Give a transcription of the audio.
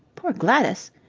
poor gladys!